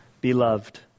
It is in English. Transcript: Beloved